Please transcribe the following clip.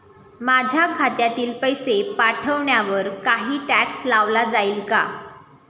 माझ्या खात्यातील पैसे पाठवण्यावर काही टॅक्स लावला जाईल का?